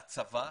והצבא,